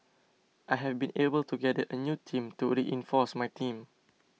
I have been able to gather a new team to reinforce my team